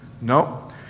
No